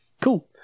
Cool